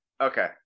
okay